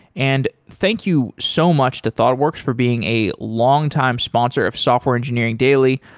and thank you so much to thoughtworks for being a longtime sponsor of software engineering daily.